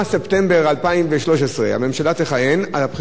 הבחירות לרשויות המקומיות יידחו בשלושה חודשים.